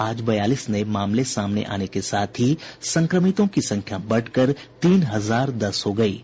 आज बयालीस नये मामले सामने आने के साथ ही संक्रमितों की संख्या बढ़कर तीन हजार दस हो गयी है